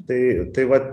tai tai vat